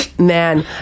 Man